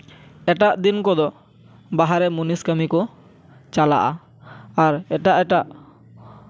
ᱮᱴᱟᱜ ᱫᱤᱱ ᱠᱚᱫᱚ ᱵᱟᱦᱨᱮ ᱢᱩᱱᱤᱥ ᱠᱟᱹᱢᱤ ᱠᱚ ᱪᱟᱞᱟᱜᱼᱟ ᱟᱨ ᱮᱴᱟᱜ ᱮᱴᱟᱜ